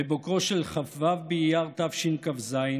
בבוקרו של כ"ו באייר התשכ"ז,